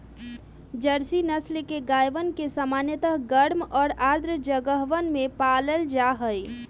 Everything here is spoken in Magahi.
जर्सी नस्ल के गायवन के सामान्यतः गर्म और आर्द्र जगहवन में पाल्ल जाहई